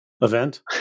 event